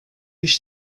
hiç